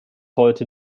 heute